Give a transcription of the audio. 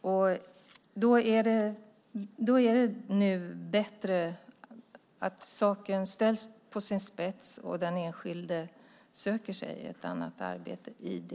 I det läget är det bättre att saken ställs på sin spets och att den enskilde söker sig ett annat arbete.